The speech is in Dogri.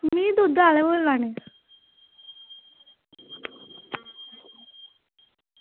तुस दुद्ध बोल्ला नै